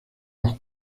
los